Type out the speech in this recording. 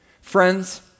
Friends